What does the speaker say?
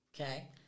Okay